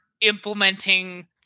implementing